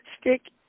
stick